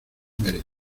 merecida